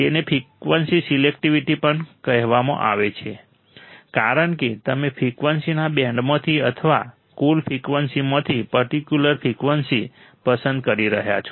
તેને frequency selectivity પણ કહેવામાં આવે છે કારણ કે તમે ફ્રિકવન્સીના બેન્ડમાંથી અથવા કુલ ફ્રિકવન્સીમાંથી પર્ટિક્યુલર ફ્રિકવન્સી પસંદ કરી રહ્યાં છો